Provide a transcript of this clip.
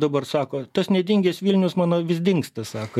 dabar sako tas nedingęs vilnius mano vis dingsta sako